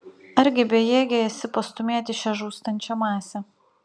argi bejėgė esi pastūmėti šią žūstančią masę